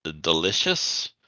Delicious